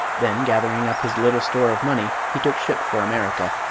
then, gathering up his little store of money, he took ship for america.